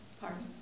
Pardon